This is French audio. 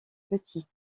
petits